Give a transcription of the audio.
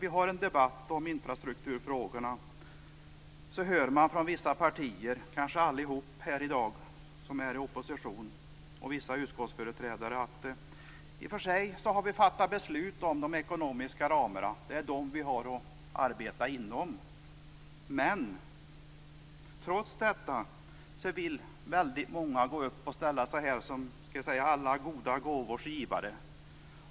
Vi har i och för sig fattat beslut om de ekonomiska ramar som vi har att arbeta inom. Trots detta utger sig andra partier och vissa utskottsföreträdare här för att vara alla goda gåvors givare.